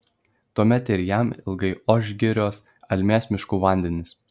tuomet ir jam ilgai oš girios almės miškų vandenys